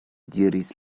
diris